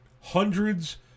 hundreds